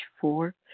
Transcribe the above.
four